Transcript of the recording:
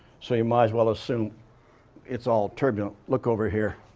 so, you might as well assume it's all turbulent. look over here.